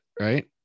right